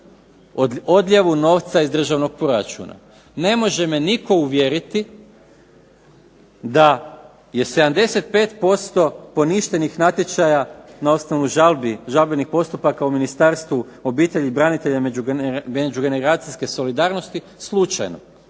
odljevu novca iz državnog proračuna. Ne može me nitko uvjeriti da je 75% poništenih natječaja na osnovu žalbi, žalbenih postupaka u Ministarstvu obitelji, branitelja i međugeneracijske solidarnosti slučajno.